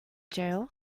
jail